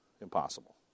impossible